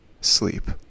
sleep